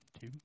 two